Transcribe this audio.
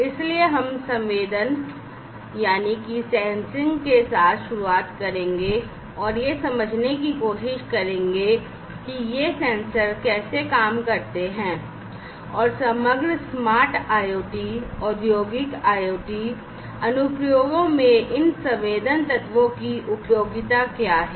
इसलिए हम संवेदन के साथ शुरुआत करेंगे और यह समझने की कोशिश करेंगे कि ये सेंसर कैसे काम करते हैं और समग्र स्मार्ट IoT औद्योगिक IoT अनुप्रयोगों में इन संवेदन तत्वों की उपयोगिता क्या है